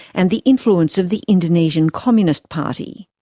and the influence of the indonesian communist party.